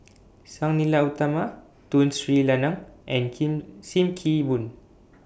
Sang Nila Utama Tun Sri Lanang and Kim SIM Kee Boon